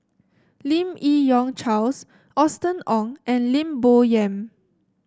Lim Yi Yong Charles Austen Ong and Lim Bo Yam